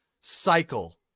cycle